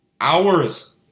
hours